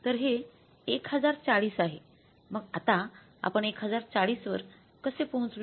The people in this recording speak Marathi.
तर हे 1040 आहे मग आता आपण 1040 वर कसे पोहोचलो